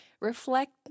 Reflect